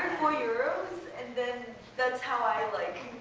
four euros, and then that's how i like